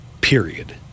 period